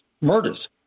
murders